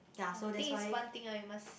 ya I think it's one thing ah you must